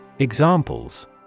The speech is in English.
Examples